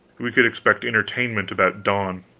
we could expect entertainment about dawn,